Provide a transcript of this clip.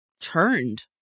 turned